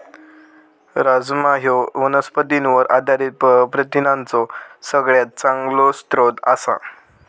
राजमा ह्यो वनस्पतींवर आधारित प्रथिनांचो सगळ्यात चांगलो स्रोत आसा